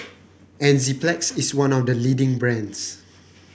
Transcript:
Enzyplex is one of the leading brands